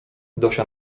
dosia